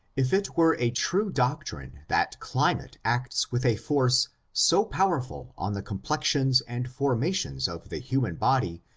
if it were a true doctrine that climate acts with a force so powerful on the complexions and formations of the human body,